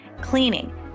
Cleaning